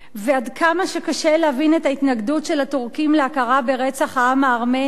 ועד כמה שקשה להבין את ההתנגדות של הטורקים להכרה ברצח העם הארמני,